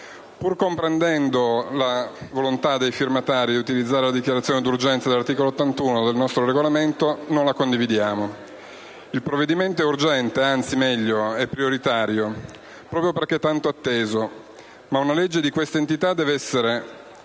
Pur comprendendo la volontà dei firmatari di utilizzare la dichiarazione di urgenza ai sensi dell'articolo 81 del nostro Regolamento, non la condividiamo. Il provvedimento è urgente, anzi, meglio, è prioritario, proprio perché tanto atteso, ma una legge di questa entità deve essere